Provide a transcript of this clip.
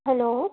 hello